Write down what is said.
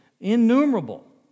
Innumerable